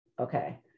Okay